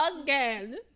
Again